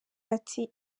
ati